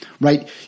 Right